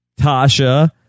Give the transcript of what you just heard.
Tasha